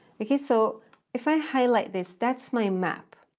okay, so if i highlight this, that's my map.